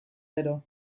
gero